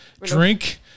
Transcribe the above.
drink